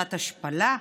תחושת השפלה,